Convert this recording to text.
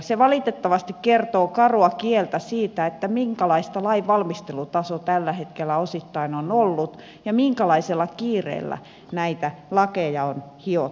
se valitettavasti kertoo karua kieltä siitä minkälaista lainvalmistelun taso tällä hetkellä osittain on ollut ja minkälaisella kiireellä näitä lakeja on hiottu loppuun